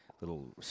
Little